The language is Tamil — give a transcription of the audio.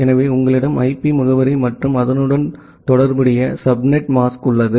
எனவே உங்களிடம் ஐபி முகவரி மற்றும் அதனுடன் தொடர்புடைய சப்நெட் மாஸ்க் உள்ளது